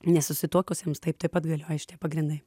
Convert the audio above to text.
nesusituokusiems taip taip pat galioja šitie pagrindai